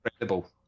incredible